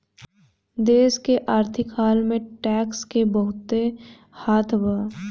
देश के आर्थिक हाल में टैक्स के बहुते हाथ बा